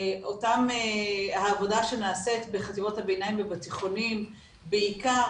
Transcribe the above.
אותה עבודה שנעשית בחטיבות הביניים ובתיכונים בעיקר